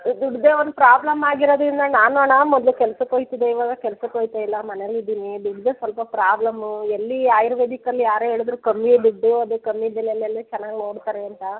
ದುಡ್ದೆ ಒಂದು ಪ್ರಾಬ್ಲಮ್ ಆಗಿರೋದರಿಂದ ನಾನು ಅಣ್ಣ ಮೊದಲು ಕೆಲ್ಸಕ್ಕೆ ಓಗ್ತಿದ್ದೆ ಇವಾಗ ಕೆಲ್ಸಕ್ಕೆ ಓಗ್ತಾಯಿಲ್ಲ ಮನೇಲಿದ್ದೀನಿ ದುಡ್ದೆ ಸ್ವಲ್ಪ ಪ್ರಾಬ್ಲಮ್ಮು ಎಲ್ಲಿ ಆಯುರ್ವೇದಿಕಲ್ಲಿ ಯಾರೋ ಹೇಳದ್ರು ಕಮ್ಮಿ ದುಡ್ಡು ಅದು ಕಮ್ಮಿದ್ದೆಲ್ಲೆಲ್ಲೆ ಚೆನ್ನಾಗಿ ನೋಡ್ತಾರೆ ಅಂತ